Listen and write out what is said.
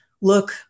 look